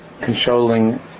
controlling